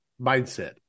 mindset